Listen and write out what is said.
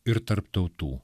ir tarp tautų